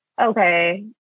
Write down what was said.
okay